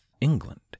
England